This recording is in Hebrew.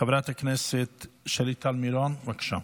חברת הכנסת שלי טל מירון, בבקשה.